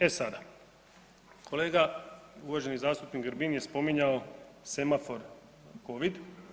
E sada, kolega uvaženi zastupnik Grbin je spominjao semafor Covid.